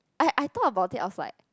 I I thought about it I was like